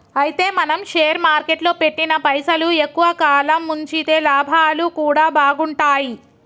అయితే మనం షేర్ మార్కెట్లో పెట్టిన పైసలు ఎక్కువ కాలం ఉంచితే లాభాలు కూడా బాగుంటాయి